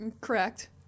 correct